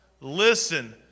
listen